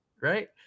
right